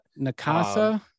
nakasa